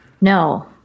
No